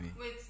Wait